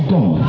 God